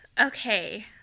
okay